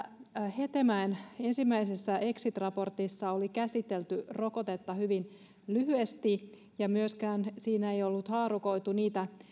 hetemäen ensimmäisessä exit raportissa oli käsitelty rokotetta hyvin lyhyesti ja myöskään siinä ei ollut haarukoitu niitä